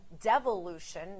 devolution